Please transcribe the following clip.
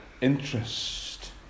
interest